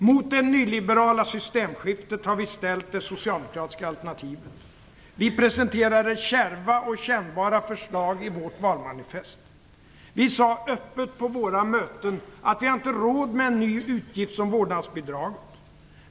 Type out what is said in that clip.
Mot det nyliberala systemskiftet har vi ställt det socialdemokratiska alternativet. Vi presenterade kärva och kännbara förslag i vårt valmanifest. Vi sade öppet på våra möten att vi inte har råd med en ny utgift som vårdnadsbidraget.